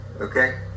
Okay